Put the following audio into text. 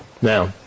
now